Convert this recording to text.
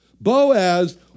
Boaz